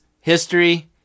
history